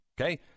Okay